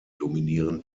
dominieren